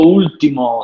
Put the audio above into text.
ultimo